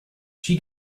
she